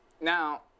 now